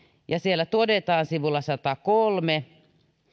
siellä todetaan sivulla satakolme